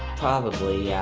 probably, yeah.